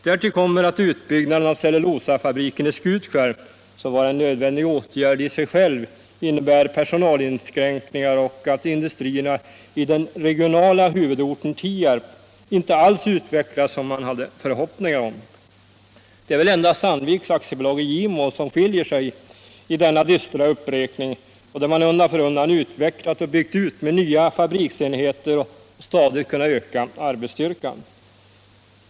Därtill kommer att utbyggnaden av cellulosafabriken i Skutskär, som var en nödvändig åtgärd i sig själv, innebär personalinskränkningar, och att industrierna i den regionala huvudorten Tierp inte alls utvecklats som man hade förhoppningar om. Det är väl endast Sandviks AB i Gimo som skiljer sig i denna dystra uppräkning och där man tvärtom undan för undan utvecklat och byggt ut med nya fabriksenheter och stadigt kunnat öka arbetsstyrkan.